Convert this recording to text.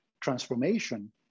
transformation